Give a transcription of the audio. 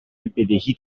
بدهی